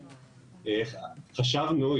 חשבנו,